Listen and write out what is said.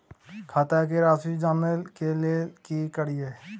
खाता के राशि जानय के लेल की करिए?